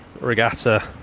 regatta